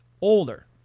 older